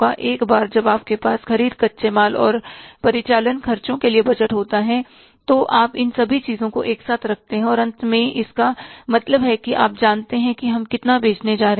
एक बार जब आपके पास ख़रीद कच्चे माल और परिचालन खर्चों के लिए बजट होता है तो आप इन सभी चीजों को एक साथ रखते हैं और अंत में इसका मतलब है कि आप जानते हैं कि हम कितना बेचने जा रहे हैं